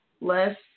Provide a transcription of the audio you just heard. Less